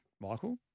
Michael